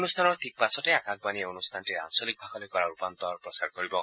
এই অনুষ্ঠানৰ ঠিক পাছতে আকাশবাণীয়ে অনুষ্ঠানটিৰ আঞ্চলিক ভাষালৈ কৰা ৰূপান্তৰ প্ৰচাৰ কৰিব